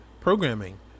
programming